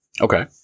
Okay